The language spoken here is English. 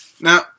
Now